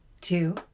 two